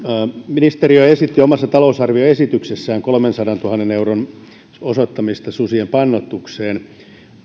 ministeriö esitti omassa talousarvioesityksessään kolmensadantuhannen euron osoittamista susien pannoitukseen